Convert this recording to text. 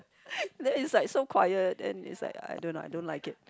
then it's like so quiet then it's like I do not I don't like it